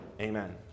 Amen